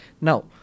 Now